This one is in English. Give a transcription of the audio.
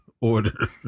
order